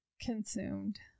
Consumed